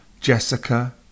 Jessica